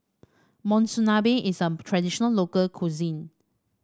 monsunabe is a traditional local cuisine